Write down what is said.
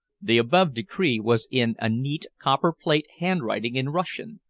the above decree was in a neat copper-plate handwriting in russian,